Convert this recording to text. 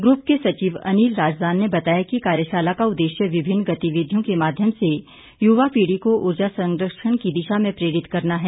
group के सचिव अनिल राजदान ने बताया कि कार्यशाला का उद्देश्य विभिन्न गतिविधियों के माध्यम से युवा पीढ़ी को ऊर्जा संरक्षण की दिशा में प्रेरित करना है